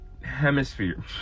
hemisphere